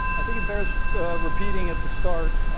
i think it bears repeating at the start